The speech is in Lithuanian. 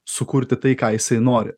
sukurti tai ką jisai nori